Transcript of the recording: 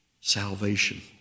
salvation